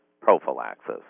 prophylaxis